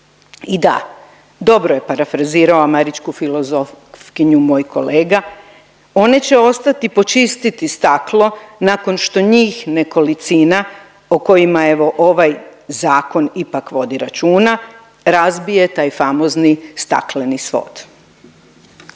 I da, dobro je parafrazirao američku filozofkinju moj kolega one će ostati počistiti staklo nakon što njih nekolicina o kojima evo ovaj zakon ipak vodi računa razbije taj famozni stakleni svod.